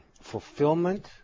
fulfillment